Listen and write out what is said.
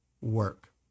work